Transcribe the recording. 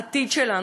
העתיד שלנו,